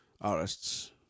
artists